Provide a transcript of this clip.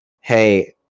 Hey